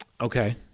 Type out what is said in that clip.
Okay